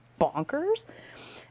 bonkers